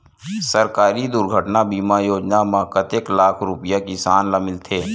सहकारी दुर्घटना बीमा योजना म कतेक लाख रुपिया किसान ल मिलथे?